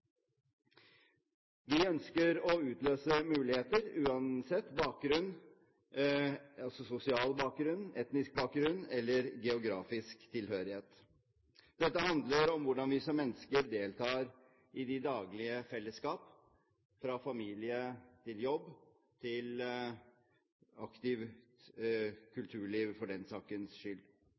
Vi ønsker å utløse muligheter, uansett sosial bakgrunn, etnisk bakgrunn eller geografisk tilhørighet. Det handler om hvordan vi som mennesker deltar i de daglige fellesskap, fra familie til jobb eller aktivt kulturliv for den saks skyld.